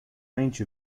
range